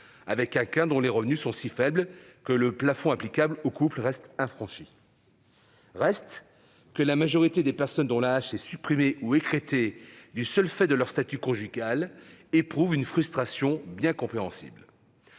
avec quelqu'un dont les revenus sont si faibles que le plafond applicable aux couples n'est pas franchi. Reste que la majorité des personnes, dont l'AAH est supprimée ou écrêtée du seul fait de leur statut conjugal, éprouve une frustration bien compréhensible